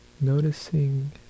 noticing